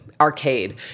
arcade